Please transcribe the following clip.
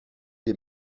des